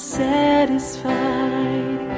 satisfied